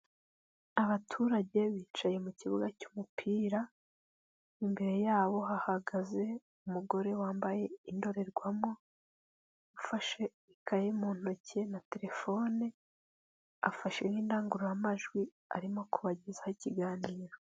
Abaturage bicaye mu kibuga cy'umupira, imbere yabo bahagaze umugore wambaye indorerwamo ufashe ikaye mu ntoki na terefone, afashe n'indangurura majwi arimo kubagezaho ikiganiro.